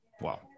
Wow